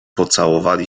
pocałowali